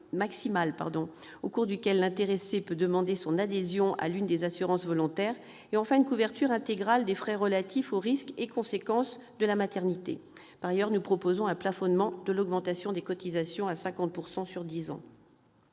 au cours duquel l'intéressé peut demander son adhésion à l'une des assurances volontaires et, enfin, une couverture intégrale des frais relatifs aux risques et aux conséquences de la maternité. En outre, nous proposons un plafonnement de l'augmentation des cotisations à 50 % sur dix ans.